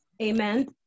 Amen